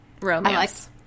romance